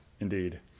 Indeed